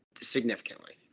significantly